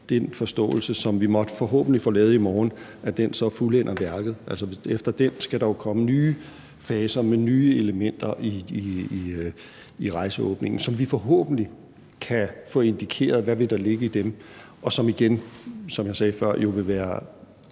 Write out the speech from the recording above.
den forståelse, som vi forhåbentlig måtte få lavet i morgen, så fuldender værket. Efter den skal der jo så komme nye faser med nye elementer i rejseåbningen, så vi forhåbentlig kan få indikeret, hvad der vil ligge i dem, og det vil igen, som jeg sagde før, jo være